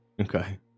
Okay